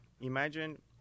Imagine